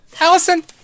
Allison